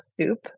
soup